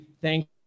Thank